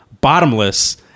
bottomless